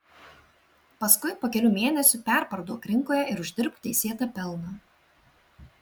paskui po kelių mėnesių perparduok rinkoje ir uždirbk teisėtą pelną